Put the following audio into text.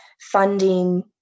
funding